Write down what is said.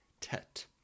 Tet